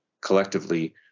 collectively